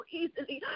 easily